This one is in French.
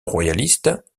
royaliste